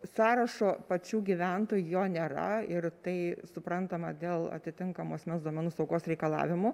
sąrašo pačių gyventojų jo nėra ir tai suprantama dėl atitinkamo asmens duomenų saugos reikalavimų